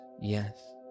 yes